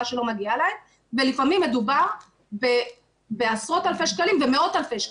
שלא מגיעה להם ולפעמים מדובר בעשרות אלפי שקלים ומאות אלפי שקלים.